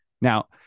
Now